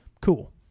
Cool